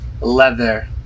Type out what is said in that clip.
leather